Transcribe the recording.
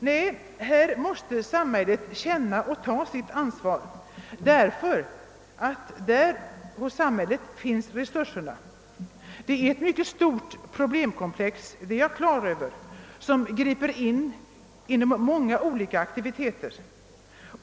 Nej, här måste samhället känna och ta sitt ansvar därför att det är samhället som har resursena. Jag är på det klara med att detta är ett mycket stort problemkomplex som griper in i många olika aktiviteter.